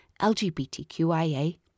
LGBTQIA+